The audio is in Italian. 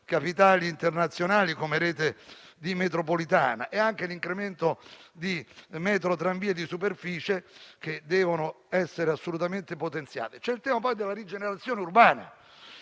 capitali internazionali come rete di metropolitana. Anche le metrotranvie di superficie devono essere assolutamente potenziate. C'è il tema poi della rigenerazione urbana,